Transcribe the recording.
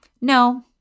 no